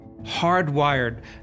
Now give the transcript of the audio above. hardwired